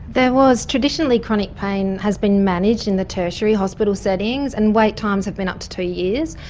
there was. traditionally chronic pain has been managed in the tertiary hospital settings, and wait times have been up to two years,